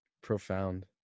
Profound